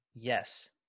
Yes